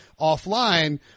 offline